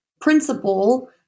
principle